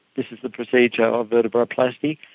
this is the procedure of vertebroplasty.